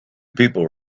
people